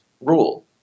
rule